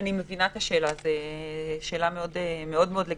אני מבינה את השאלה, זאת שאלה מאוד לגיטימית.